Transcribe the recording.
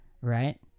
right